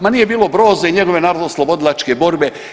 Ma nije bilo Broza i njegove narodnooslobodilačke borbe.